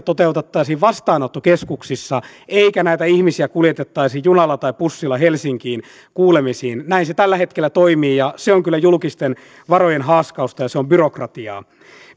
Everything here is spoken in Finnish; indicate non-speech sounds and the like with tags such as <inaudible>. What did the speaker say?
<unintelligible> toteutettaisiin vastaanottokeskuksissa eikä näitä ihmisiä kuljetettaisi junalla tai bussilla helsinkiin kuulemisiin näin se tällä hetkellä toimii ja se on kyllä julkisten varojen haaskausta ja se on byrokratiaa